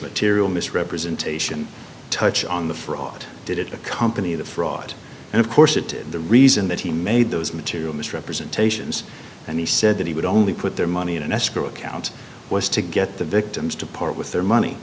material misrepresentation touch on the fraud did it a company to fraud and of course that the reason that he made those material misrepresentations and he said that he would only put their money in an escrow account was to get the victims to part with their money